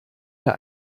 der